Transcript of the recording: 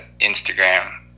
instagram